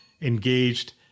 engaged